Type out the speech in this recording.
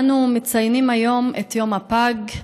אנו מציינים היום את יום הפג,